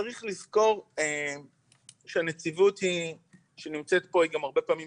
וצריך לזכור שהנציבות שנמצאת פה היא גם הרבה פעמים